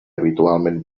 habitualment